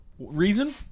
Reason